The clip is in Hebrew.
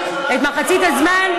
את מחצית הזמן,